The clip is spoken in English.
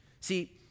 See